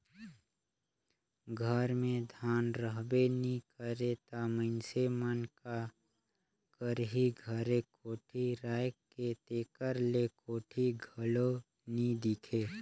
घर मे धान रहबे नी करे ता मइनसे मन का करही घरे कोठी राएख के, तेकर ले कोठी घलो नी दिखे